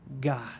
God